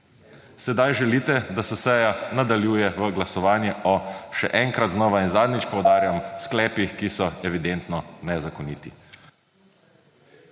sedaj želite, da se seja nadaljuje v glasovanje o še enkrat znova in zadnjič poudarjam sklepih, ki so evidentno nezakoniti.